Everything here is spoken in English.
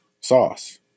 sauce